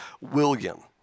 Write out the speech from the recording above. William